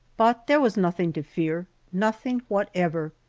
but there was nothing to fear nothing whatever.